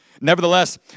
Nevertheless